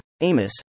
Amos